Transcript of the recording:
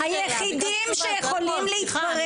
היחידים שיכולים להתפרץ --- ביקשת תשובה,